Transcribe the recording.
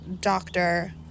doctor